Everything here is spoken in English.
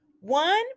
one